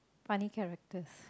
funny characters